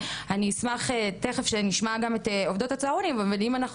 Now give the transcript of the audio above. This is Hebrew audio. אני אשמח שתיכף נשמע גם את עובדות הצהרונים בעצמן ואם אנחנו